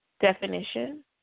definition